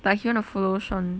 but if he want to follow sean